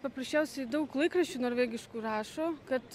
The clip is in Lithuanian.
paprasčiausiai daug laikraščių norvegiškų rašo kad